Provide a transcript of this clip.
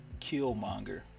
Killmonger